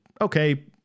okay